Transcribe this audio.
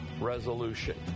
resolution